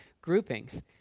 groupings